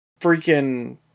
freaking